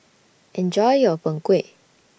Enjoy your Png Kueh